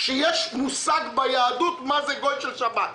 יש מושג ביהדות מה זה גוי של שבת.